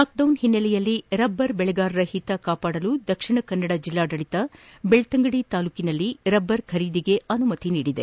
lockdown ಓನ್ನೆಲೆಯಲ್ಲಿ rubber ಬೆಳೆಗಾರರ ಓತ ಕಾಪಾಡಲು ದಕ್ಷಿಣ ಕನ್ನಡ ಬೆಲ್ಲಾಡಳಿತ ಬೆಳ್ತಂಗಡಿ ತಾಲೂಕಿನಲ್ಲಿ ರಬ್ಬರ್ ಖರೀದಿಗೆ ಅನುಮತಿ ನೀಡಿದೆ